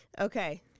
okay